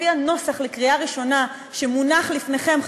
לפי הנוסח לקריאה ראשונה שמונח לפניכם,